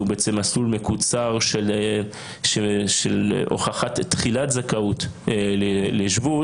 בעצם מסלול מקוצר של הוכחת תחילת זכאות לשבות.